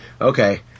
okay